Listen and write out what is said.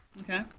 Okay